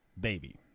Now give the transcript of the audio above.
baby